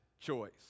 choice